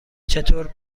چطور